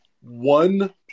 one